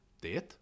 Date